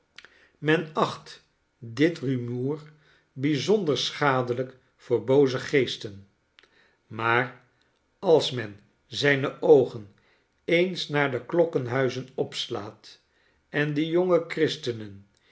men acht dit rumoer bijzonder schadelijk voor booze geesten maar als men zijne oogen eens naar de klokkenhuizen opslaat en die jonge christenen